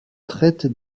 traite